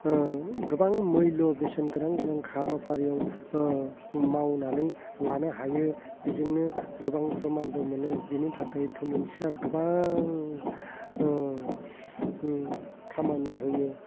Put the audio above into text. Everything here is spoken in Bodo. गोबां मैल्य' बेसेन गोनां गोनां हाबफारियाव मावनानै लानो हायो बिजोंनो गोबां प्रमानबो मोनो बिनि थाखाय थुलुंसिया गोबां खामानि होयो